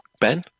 Ben